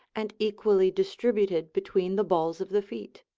and equally distributed between the balls of the feet.